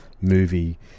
movie